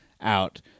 out